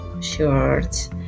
shirts